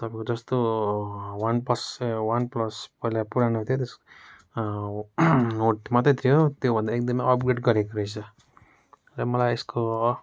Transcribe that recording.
तपाईँको जस्तो OnePlus OnePlus पहिला पुरानो थियो नोट मात्रै थियो त्योभन्दा एकदमै अपग्रेड गरेको रहेछ र मलाई यसको